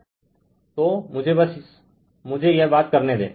Refer Slide Time 0424 तो मुझे बस मुझे यह बात करने दे